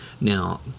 Now